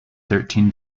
thirteen